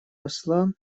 посла